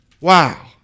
Wow